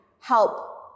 help